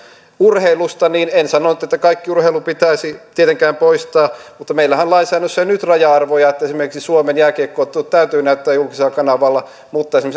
urheilusta en sanonut että että kaikki urheilu pitäisi tietenkään poistaa mutta meillähän on lainsäädännössä jo nyt raja arvoja että esimerkiksi suomen jääkiekko ottelut täytyy näyttää julkisella kanavalla mutta